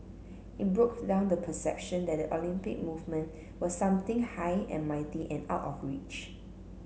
it broke down the perception that the Olympic movement was something high and mighty and out of reach